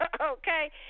Okay